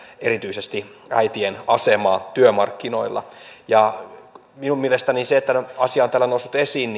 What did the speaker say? erityisesti äitien asemaa työmarkkinoilla minun mielestäni se että tämä asia on täällä noussut esiin